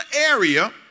area